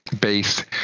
base